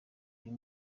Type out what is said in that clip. uyu